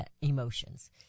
emotions